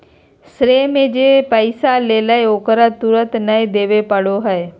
श्रेय में जे पैसा लेलकय ओकरा तुरंत नय देबे पड़ो हइ